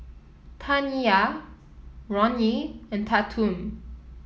Taniyah Ronnie and Tatum